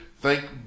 Thank